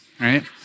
right